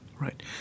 Right